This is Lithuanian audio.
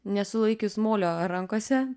nesu laikius molio rankose